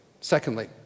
Secondly